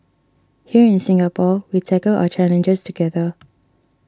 here in Singapore we tackle our challenges together